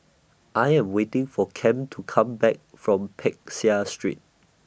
I Am waiting For Kem to Come Back from Peck Seah Street